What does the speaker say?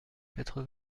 quatre